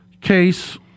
Case